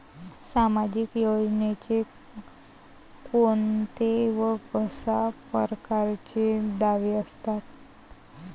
सामाजिक योजनेचे कोंते व कशा परकारचे दावे असतात?